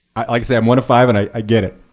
i like said, i'm one of five, and i get it.